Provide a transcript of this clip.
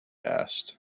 asked